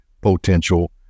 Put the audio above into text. potential